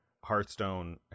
hearthstone